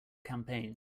campaign